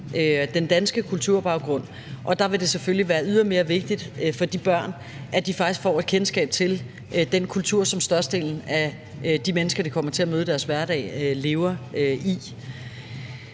den danske kulturbaggrund. Og der vil det selvfølgelig ydermere være vigtigt for de børn, at de faktisk får et kendskab til den kultur, som størstedelen af de mennesker, de kommer til at møde i deres hverdag, lever i.